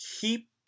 keep